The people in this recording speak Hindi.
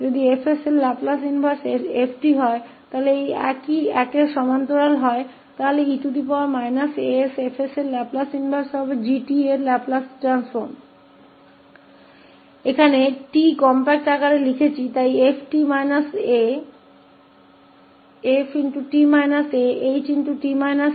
यदि लाप्लास प्रतिलोम 𝐹𝑠 𝑓𝑡 है तो इस एक के समानांतर है तो लाप्लास प्रतिलोम e as इसलिए लाप्लास यहाँ e asF का प्रतिलोम 𝑔𝑡 का लाप्लास रूपांतर होगा हमने यहाँ 𝑔𝑡 को संहत रूप में लिखा है जो 𝑓𝑡 𝑎𝐻𝑡 𝑎 है